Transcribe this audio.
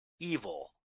Evil